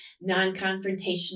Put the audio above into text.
non-confrontational